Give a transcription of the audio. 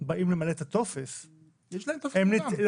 באים למלא את הטופס -- יש להם --- לא,